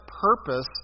purpose